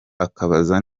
akabaza